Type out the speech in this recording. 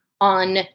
on